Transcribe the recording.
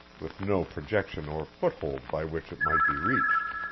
with no projection or foothold by which it might be reached.